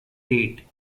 date